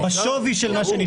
השווי של מה שנשאר.